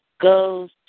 goes